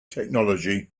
technology